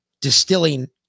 distilling